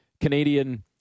Canadian